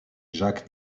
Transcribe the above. jacques